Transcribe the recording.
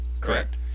correct